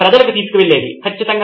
నితిన్ కురియన్ అవును ఖచ్చితంగా